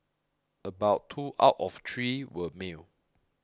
about two out of three were male